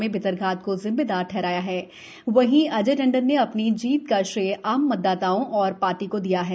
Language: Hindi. में भीतरघात को जिम्मेदार ठहराया है वहीं अजय टंडन ने अ नी जीत का श्रेय आम मतदाता और अ नी ार्टी को दिया है